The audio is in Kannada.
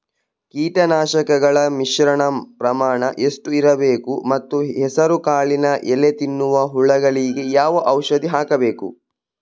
ಕೀಟನಾಶಕಗಳ ಮಿಶ್ರಣ ಪ್ರಮಾಣ ಎಷ್ಟು ಇರಬೇಕು ಮತ್ತು ಹೆಸರುಕಾಳಿನ ಎಲೆ ತಿನ್ನುವ ಹುಳಗಳಿಗೆ ಯಾವ ಔಷಧಿ ಹಾಕಬೇಕು?